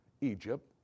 Egypt